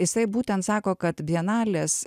jisai būtent sako kad bienalės